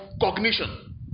cognition